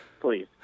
Please